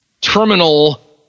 terminal